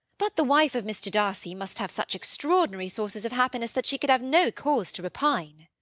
but the wife of mr. darcy must have such extraordinary sources of happiness that she could have no cause to repine.